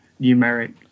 numeric